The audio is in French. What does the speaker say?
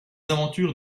aventures